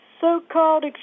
so-called